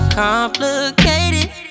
complicated